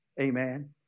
Amen